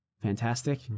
Fantastic